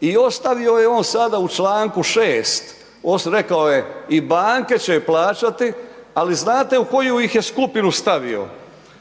i ostavio je on sada u čl. 6., rekao je i banke će plaćati, ali znate u koju ih je skupinu stavio?